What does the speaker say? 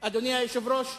אדוני היושב-ראש,